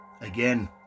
Again